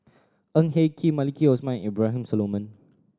Ng Eng Kee Maliki Osman and Abraham Solomon